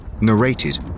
Narrated